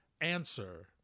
answer